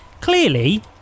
clearly